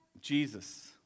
Jesus